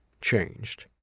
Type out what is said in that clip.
changed